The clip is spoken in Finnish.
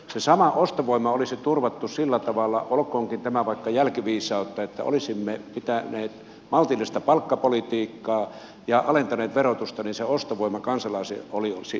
se sama ostovoima olisi turvattu sillä tavalla olkoonkin tämä vaikka jälkiviisautta että kun olisimme pitäneet maltillista palkkapolitiikkaa ja alentaneet verotusta niin se ostovoima kansalaisilla olisi ollut sama